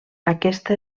aquesta